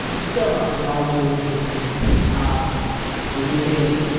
ಉತ್ತಮ ಯಾವುದೇ ಒಂದು ಆ ಉಡುಗೆಯಲ್ಲಿ